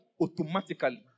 automatically